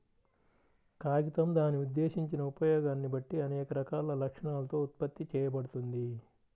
కాగితం దాని ఉద్దేశించిన ఉపయోగాన్ని బట్టి అనేక రకాల లక్షణాలతో ఉత్పత్తి చేయబడుతుంది